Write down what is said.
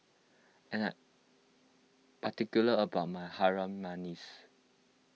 I am I'm particular about my Harum Manis